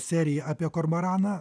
serija apie kormoraną